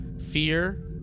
Fear